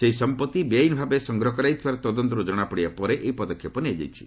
ସେହି ସମ୍ପତ୍ତି ବେଆଇନ ଭାବେ ସଂଗ୍ରହ କରାଯାଇଥିବାର ତଦନ୍ତରୁ ଜଣାପଡ଼ିବା ପରେ ଏହି ପଦକ୍ଷେପ ନିଆଯାଇଛି